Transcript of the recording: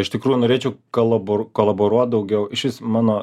iš tikrųjų norėčiau kolaboruoti daugiau iš vis mano